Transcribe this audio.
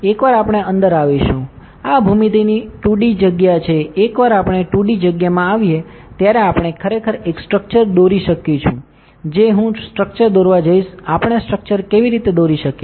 એકવાર આપણે અંદર આવીશું આ ભૂમિતિની 2D જગ્યા છે એકવાર આપણે 2D જગ્યામાં આવીએ ત્યારે આપણે ખરેખર એક સ્ટ્રક્ચર દોરી શકું છું જે હું સ્ટ્રક્ચર દોરવા જઇશ આપણે સ્ટ્રક્ચર કેવી રીતે દોરી શકીએ